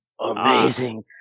amazing